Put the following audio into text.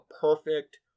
perfect